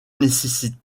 nécessite